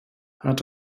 hat